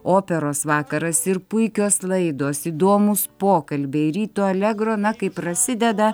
operos vakaras ir puikios laidos įdomūs pokalbiai ryto alegro na kai prasideda